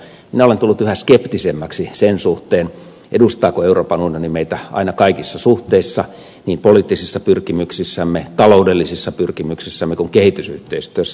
minä olen tullut yhä skeptisemmäksi sen suhteen edustaako euroopan unioni meitä aina kaikissa suhteissa niin poliittisissa pyrkimyksissämme taloudellisissa pyrkimyksissämme kuin kehitysyhteistyössä